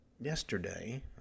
Yesterday